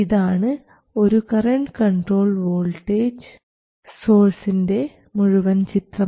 ഇതാണ് ഒരു current controlled voltage സോഴ്സിൻറെ മുഴുവൻ ചിത്രം